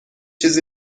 چیزی